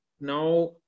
Now